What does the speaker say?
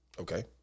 Okay